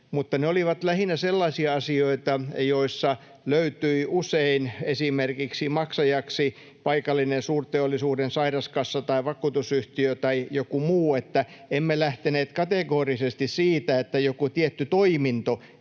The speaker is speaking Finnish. mutta ne olivat lähinnä sellaisia asioita, joissa löytyi usein maksajaksi esimerkiksi paikallinen suurteollisuuden sairaskassa tai vakuutusyhtiö tai joku muu. Emme lähteneet kategorisesti siitä, että joku tietty toiminto,